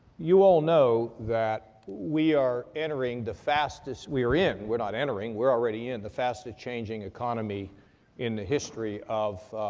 you all know that we are entering the fastest we're in, we're not entering, we're already in the fastest changing economy in the history of,